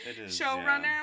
showrunner